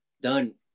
done